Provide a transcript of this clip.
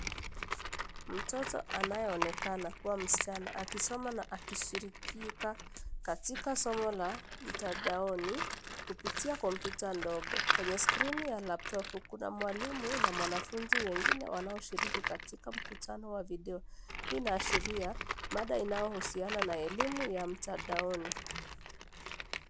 Mtoto, anayeonekana kuwa msichana, akisoma na kushiriki katika somo la mtandaoni kupitia kompyuta ndogo. Kwenye skrini ya laptop kuna mwalimu na mwanafunzi mwingine wanaoshiriki katika mkutano wa video. Hii inaashiria mada inayohusiana na elimu ya mtandaoni.